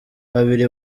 babiri